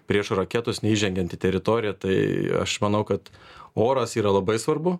prieš raketos neįžengiant į teritoriją tai aš manau kad oras yra labai svarbu